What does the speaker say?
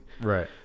Right